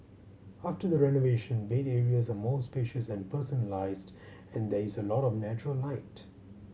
after the renovation bed areas are more spacious and personalised and there is a lot of natural light